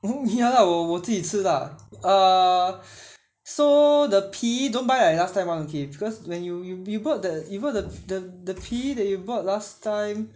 ya lah 我自己吃 lah err so the 皮 don't buy like last time ah okay because when you you you bought that you bought the the 皮 that you bought last time